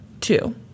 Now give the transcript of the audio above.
two